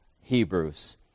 Hebrews